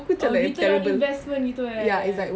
oh return of investment gitu eh